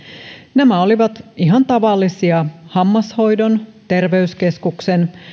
nämä olivat ihan tavallisia hammashoidon terveyskeskuksen